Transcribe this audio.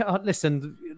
listen